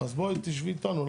אז בואי, תשבי איתנו.